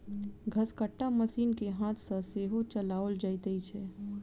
घसकट्टा मशीन के हाथ सॅ सेहो चलाओल जाइत छै